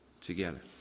together